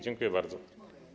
Dziękuję bardzo.